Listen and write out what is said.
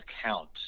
account